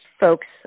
folks